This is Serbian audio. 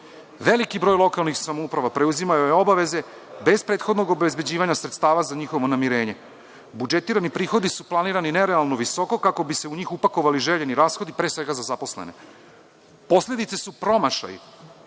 broj lokalnih samouprava preuzimao je obaveze bez prethodnog obezbeđivanja sredstava za njihovo namirenje. Budžetirani prihodi su planirani nerealno visoko kako bi se u njih upakovali željeni rashodi pre svega za zaposlene. Posledice su promašaji